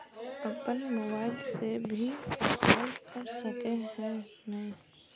अपन मोबाईल से भी अप्लाई कर सके है नय?